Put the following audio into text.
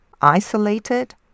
isolated